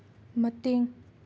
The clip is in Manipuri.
ꯃꯇꯦꯡ